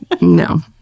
no